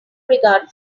regard